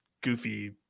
goofy